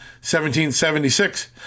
1776